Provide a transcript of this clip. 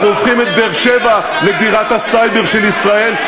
אנחנו הופכים את באר-שבע לבירת הסייבר של ישראל,